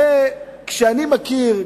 הרי כשאני מכיר,